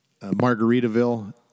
Margaritaville